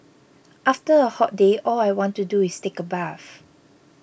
after a hot day all I want to do is take a bath